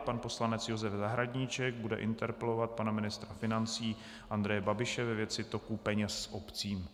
Pan poslanec Josef Zahradníček bude interpelovat pana ministra financí Andreje Babiše ve věci toku peněz obcím.